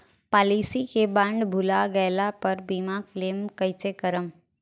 Policy के bond भुला गैला पर बीमा क्लेम कईसे करम?